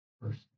first